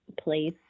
place